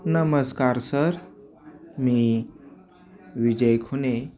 नमस्कार सर मी विजय खुने